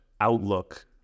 outlook